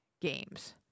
games